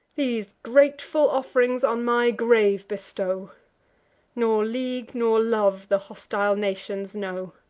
these grateful off'rings on my grave bestow nor league, nor love, the hostile nations know!